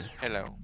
Hello